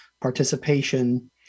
participation